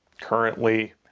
currently